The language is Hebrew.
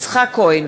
יצחק כהן,